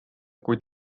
kuid